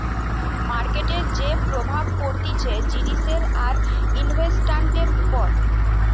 মার্কেটের যে প্রভাব পড়তিছে জিনিসের আর ইনভেস্টান্টের উপর